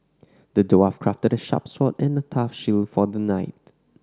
the dwarf crafted a sharp sword and a tough shield for the knight